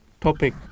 topic